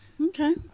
Okay